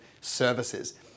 services